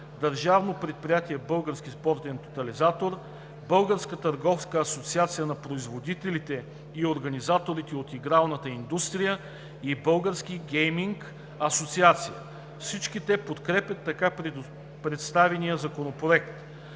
Държавното предприятие „Български спортен тотализатор“, Българската търговска асоциация на производителите и организаторите от игралната индустрия и Българската гейминг асоциация. Всички те подкрепят така представения законопроект.